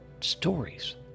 stories